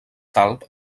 talp